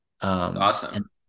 Awesome